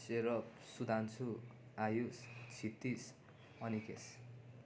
Serap Sudhanshu Ayush Kshitij Anikesh